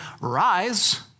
rise